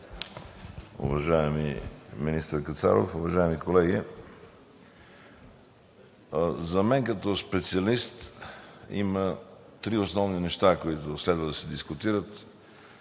уважаеми министър Кацаров, уважаеми колеги! За мен като специалист има три основни неща, които следва да се дискутират